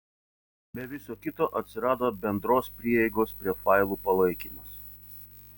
be viso kito atsirado bendros prieigos prie failų palaikymas